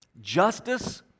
justice